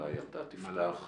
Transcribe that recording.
אולי אתה תפתח.